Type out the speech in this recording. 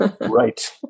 Right